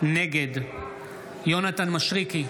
נגד יונתן מישרקי,